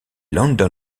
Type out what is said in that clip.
london